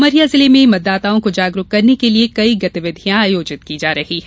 उमरिया जिले में मतदाताओं को जागरूक करने के लिये कई गतिविधियां आयोजित की जा रही हैं